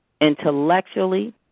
intellectually